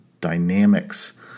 dynamics